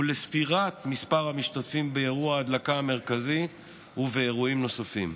ולספירת מספר המשתתפים באירוע ההדלקה המרכזי ובאירועים נוספים.